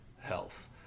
health